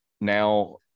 now